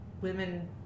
women